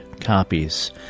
copies